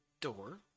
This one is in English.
door